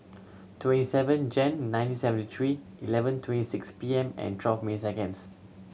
twenty seven Jan nineteen seventy three eleven twenty six P M and twelve minutes seconds